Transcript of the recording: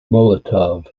molotov